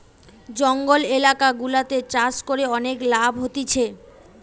জঙ্গল এলাকা গুলাতে চাষ করে অনেক লাভ হতিছে